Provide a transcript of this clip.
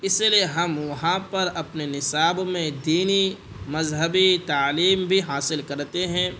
اسی لیے ہم وہاں پر اپنے نصاب میں دینی مذہبی تعلیم بھی حاصل کرتے ہیں